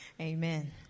Amen